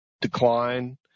decline